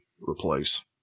replace